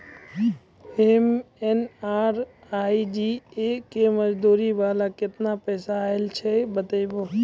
MNREGA के मज़दूरी वाला केतना पैसा आयल छै बताबू?